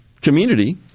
community